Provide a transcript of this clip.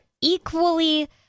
equally